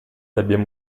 abbiamo